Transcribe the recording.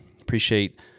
appreciate